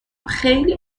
خیلی